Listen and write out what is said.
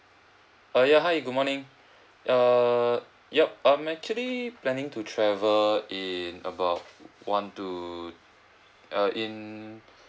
uh ya hi good morning err yup I'm actually planning to travel in about one two uh in